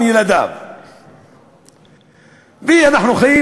את תשעת